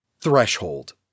Threshold